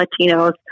Latinos